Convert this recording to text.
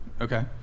Okay